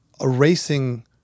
erasing